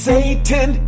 Satan